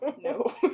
no